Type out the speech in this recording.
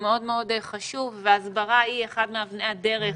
הוא מאוד מאוד חשוב והסברה היא אחת מאבני הדרך